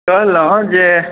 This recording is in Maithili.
कहलहुँ जे